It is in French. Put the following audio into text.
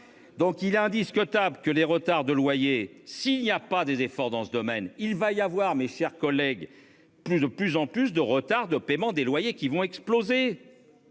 Donc il est indiscutable que les retards de loyers si il n'y a pas des efforts dans ce domaine, il va y avoir mes chers collègues. Plus de plus en plus de retards de paiement des loyers qui vont exploser.